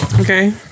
Okay